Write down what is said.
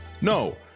No